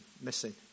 missing